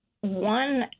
One